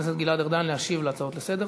הכנסת גלעד ארדן להשיב על ההצעות לסדר-היום.